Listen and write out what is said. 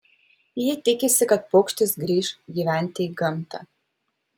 ji tikisi kad paukštis grįš gyventi į gamtą